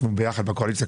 אנחנו כמובן יחד בקואליציה.